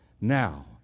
Now